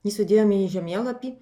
jį sudėjome į žemėlapį